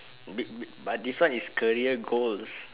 be be but this one is career goals